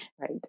Right